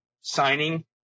signing